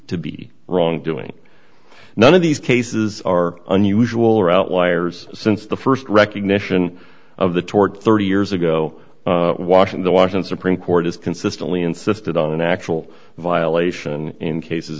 to be wrongdoing none of these cases are unusual or outliers since the st recognition of the toward thirty years ago washington watch and supreme court has consistently insisted on an actual violation in cases